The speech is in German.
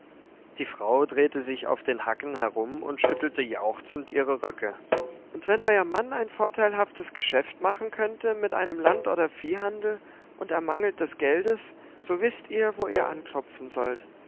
die frau drehte sich auf den hacken herum und schüttelte jauchzend ihre röcke und wenn euer mann ein vorteilhaftes geschäft machen könnte mit einem land oder viehhandel und er mangelt des geldes so wißt ihr wo ihr anklopfen sollt